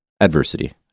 Adversity